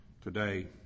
today